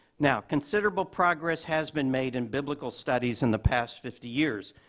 now, considerable progress has been made in biblical studies in the past fifty years,